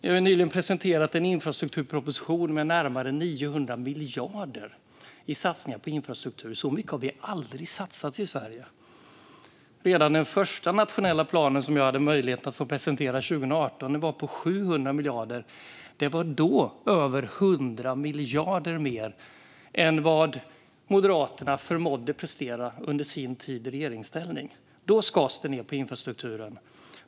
Vi har nyligen presenterat en infrastrukturproposition med närmare 900 miljarder kronor i satsningar på infrastruktur. Så mycket har det aldrig satsats i Sverige. Redan den första nationella planen som jag hade möjlighet att presentera 2018 var på 700 miljarder kronor. Det var då över 100 miljarder kronor mer än vad Moderaterna förmådde prestera under sin tid i regeringsställning. Då skars det ned på infrastrukturen.